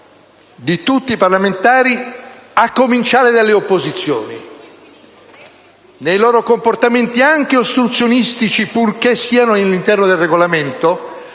di tutti i parlamentari a cominciare dalle opposizioni, nei loro comportamenti anche ostruzionistici, purché siano all'interno del Regolamento,